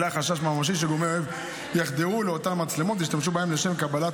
עלה חשש ממשי שגורמי אויב יחדרו לאותן מצלמות וישתמשו בהן לשם קבלת